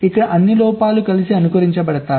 ఇక్కడ అన్ని లోపాలు కలిసి అనుకరించబడతాయి